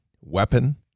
weapon